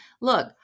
Look